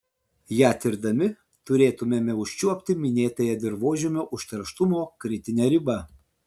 ją tirdami turėtumėme užčiuopti minėtąją dirvožemio užterštumo kritinę ribą